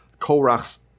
Korach's